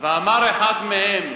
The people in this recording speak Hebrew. לא פרשיות.